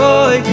Joy